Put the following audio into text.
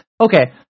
okay